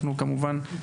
כמובן שאנחנו,